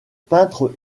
peintures